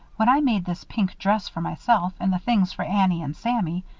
when i made this pink dress for myself and the things for annie and sammy,